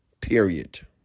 period